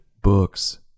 Books